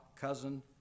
cousin